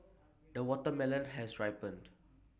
the watermelon has ripened